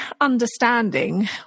understanding